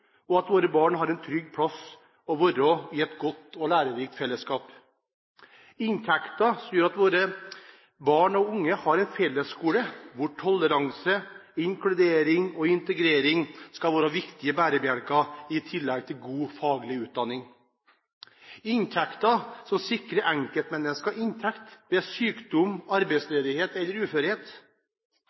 og at våre barn har et trygt sted å være i et godt og lærerikt fellesskap inntekter som gjør at våre barn og unge har en fellesskole, hvor toleranse, inkludering og integrering skal være viktige bærebjelker i tillegg til god faglig utdanning inntekter som sikrer enkeltmennesker inntekt ved sykdom, arbeidsledighet eller uførhet